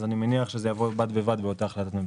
אז אני מניח שזה יבוא בד בבד באותה החלטת ממשלה.